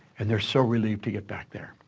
and they're so relieved to get back there.